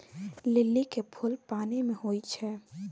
लिली के फुल पानि मे होई छै